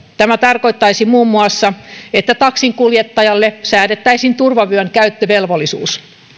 tämä tarkoittaisi muun muassa että taksinkuljettajalle säädettäisiin turvavyön käyttövelvollisuus